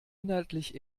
inhaltlich